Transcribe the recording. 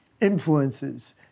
influences